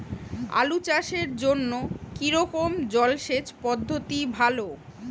আলু চাষের জন্য কী রকম জলসেচ পদ্ধতি ভালো?